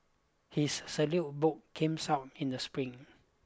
his salute book comes out in the spring